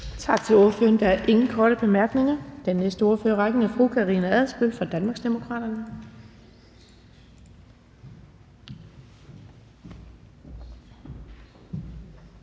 Tak til ordføreren. Der er ingen korte bemærkninger. Næste ordfører i rækken er fru Karina Adsbøl fra Danmarksdemokraterne.